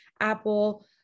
Apple